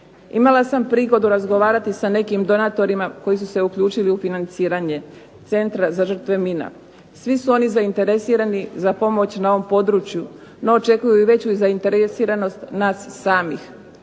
Imala sam prigodu razgovarati sa nekim donatorima koji su se uključili u financiranje, Centra za žrtve mina, svi su oni zainteresirani za pomoć na ovom području, ono očekuju i veću zainteresiranost nas samih,